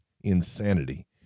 insanity